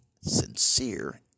sincere